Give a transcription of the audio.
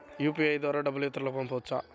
UPI ద్వారా డబ్బు ఇతరులకు పంపవచ్చ?